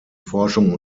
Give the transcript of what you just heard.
forschung